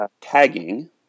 tagging